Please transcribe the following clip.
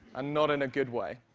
and not in a good way.